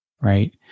right